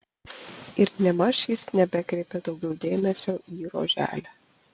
ir nėmaž jis nebekreipė daugiau dėmesio į roželę